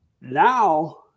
now